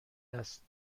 است